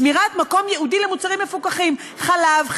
שמירת מקום ייעודי למוצרים מפוקחים: חלב,